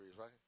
right